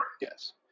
Yes